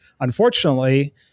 unfortunately